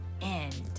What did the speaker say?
end